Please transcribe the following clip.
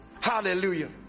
Hallelujah